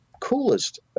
coolest